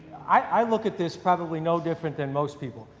i look at this probably no different than most people.